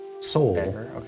soul